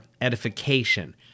edification